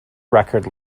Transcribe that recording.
record